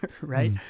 Right